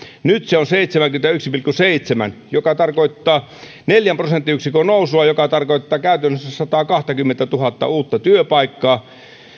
nyt se on seitsemänkymmentäyksi pilkku seitsemän mikä tarkoittaa neljän prosenttiyksikön nousua mikä tarkoittaa käytännössä sataakahtakymmentätuhatta uutta työpaikkaa